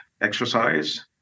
exercise